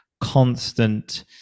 constant